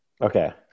okay